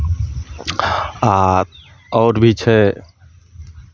आ आओर भी छै